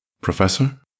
Professor